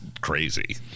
crazy